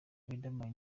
riderman